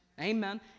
Amen